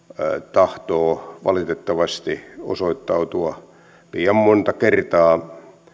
tahtoo valitettavasti osoittautua liian monta kertaa